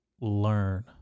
learn